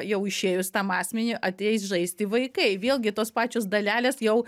jau išėjus tam asmeniui ateis žaisti vaikai vėlgi tos pačios dalelės jau